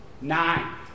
nine